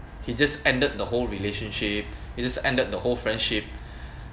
he just ended the whole relationship he just ended the whole friendship